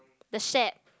the shed